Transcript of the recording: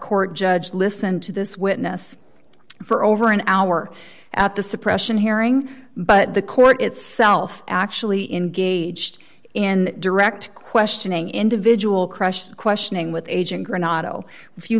court judge listen to this witness for over an hour at the suppression hearing but the court itself actually engaged in direct questioning individual crush questioning with agent granato if you